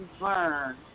learn